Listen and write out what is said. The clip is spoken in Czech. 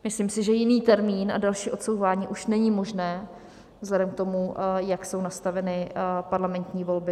Myslím si, že jiný termín a další odsouvání už není možné vzhledem k tomu, jak jsou nastaveny parlamentní volby.